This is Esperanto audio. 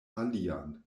alian